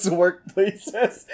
workplaces